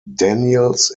daniels